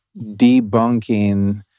debunking